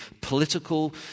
political